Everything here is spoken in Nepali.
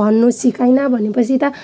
भन्नु सिकाएन भने पछि त